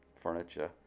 furniture